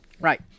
Right